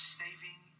saving